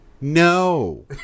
No